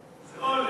זה לא עולה.